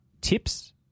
tips